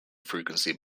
frequency